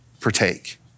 partake